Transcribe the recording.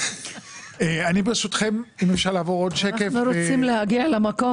אנחנו רוצים להגיע למקום,